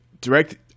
direct